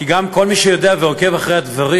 גם כי, כפי שיודע כל מי שעוקב אחרי הדברים,